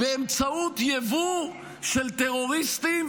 באמצעות יבוא של טרוריסטים,